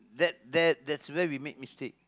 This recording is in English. that that that's where we make mistake